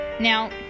Now